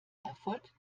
erfolg